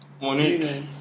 Monique